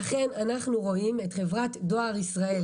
לכן אנחנו רואים את חברת דואר ישראל,